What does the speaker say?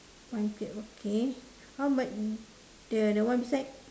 one clip okay how about the the one beside